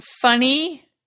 funny